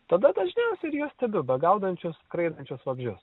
tada dažniausiai ir juos stebiu begaudančius skraidančius vabzdžius